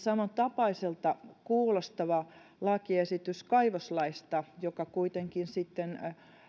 samantapaiselta kuulostava lakiesitys kaivoslaista joka kuitenkin sitten